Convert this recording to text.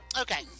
okay